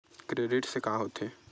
Credit से का होथे?